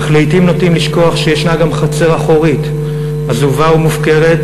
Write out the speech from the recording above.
אך לעתים נוטים לשכוח שיש גם חצר אחורית עזובה ומופקרת,